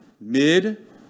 mid